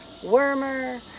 wormer